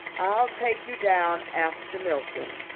i'll take you down after milking.